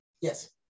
yes